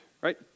right